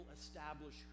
establish